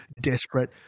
desperate